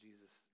Jesus